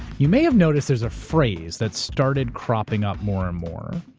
you may have noticed there's a phrase that started cropping up more and more.